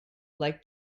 like